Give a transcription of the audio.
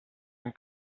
and